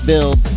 build